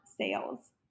sales